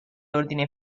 ordine